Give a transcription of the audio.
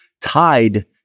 tied